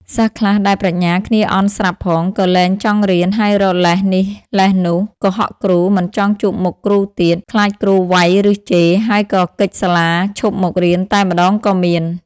សិស្សខ្លះដែលប្រាជ្ញាគ្នាអន់ស្រាប់ផងក៏លែងចង់រៀន ហើយរកលេសនេះលេសនោះ កុហកគ្រូ មិនចង់ជួបមុខគ្រូទៀត ខ្លាចគ្រូវ៉ៃឬជេរ ហើយក៏គេចសាលាឈប់មករៀនតែម្តងក៏មាន ។